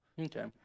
Okay